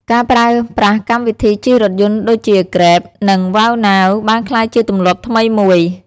ការប្រើប្រាស់កម្មវិធីជិះរថយន្តដូចជា Grab និង វ៉ាវណាវ (WowNow) បានក្លាយជាទម្លាប់ថ្មីមួយ។